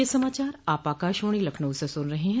ब्रे क यह समाचार आप आकाशवाणी लखनऊ से सुन रहे हैं